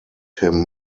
him